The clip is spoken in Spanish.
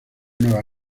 nueva